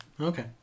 okay